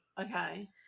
okay